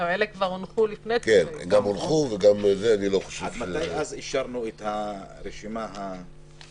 אלה כבר הונחו לפני --- עד מתי אישרנו את הרשימה הקודמת?